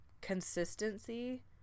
consistency